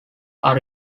are